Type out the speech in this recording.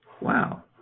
Wow